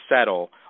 settle